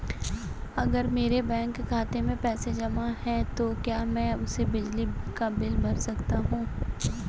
अगर मेरे बैंक खाते में पैसे जमा है तो क्या मैं उसे बिजली का बिल भर सकता हूं?